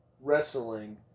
wrestling